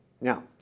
Now